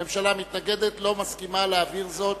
הממשלה מתנגדת, לא מסכימה להעביר זאת